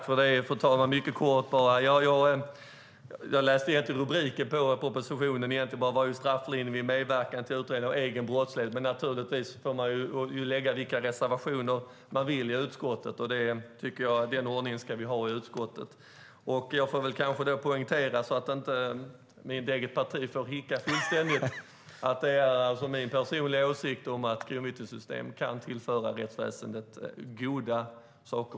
Fru talman! Mycket kort: Jag läste egentligen bara upp propositionens rubrik, Strafflindring vid medverkan till utredning av egen brottslighet . Naturligtvis får man lägga vilka reservationer man vill i utskottet. Den ordningen tycker jag att vi ska ha i utskottet. Jag får kanske poängtera, så att inte mitt eget parti får hicka fullständigt, att det är min personliga åsikt att ett kronvittnessystem kan tillföra rättsväsendet goda saker.